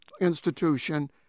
institution